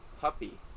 puppy